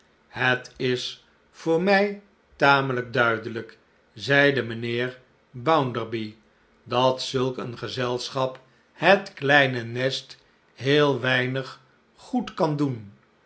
het is voor mij tamelijk duidelijk zeide mijnheer bounderby dat zulk een gezelschap het kleine nest heel weinig goed kan doen